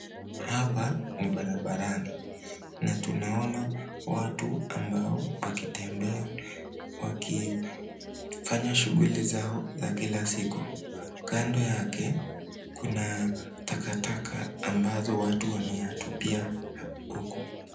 Hapa ni barabarani na tunaona watu ambao wakitembea wakifanya shughuli zao za kila siku kando yake kuna takataka ambazo watu wameyatupia huku.